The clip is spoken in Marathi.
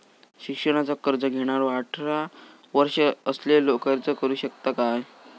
शिक्षणाचा कर्ज घेणारो अठरा वर्ष असलेलो अर्ज करू शकता काय?